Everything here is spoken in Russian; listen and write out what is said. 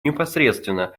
непосредственно